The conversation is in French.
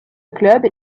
club